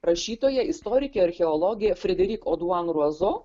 rašytoja istorikė archeologė frederik oduan ruazo